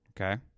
Okay